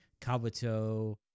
Kabuto